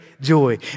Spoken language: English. joy